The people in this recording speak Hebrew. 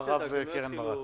ואחריו קרן ברק.